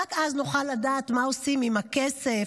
ורק אז נוכל לדעת מה עושים עם הכסף,